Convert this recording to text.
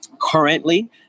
Currently